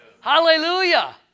Hallelujah